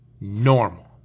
normal